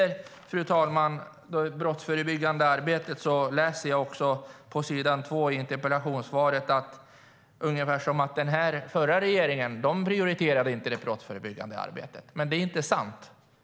Sedan var det frågan om brottsförebyggande arbete. Av statsrådets interpellationssvar kunde man få uppfattningen att den förra regeringen inte prioriterade det brottsförebyggande arbetet. Det är inte sant.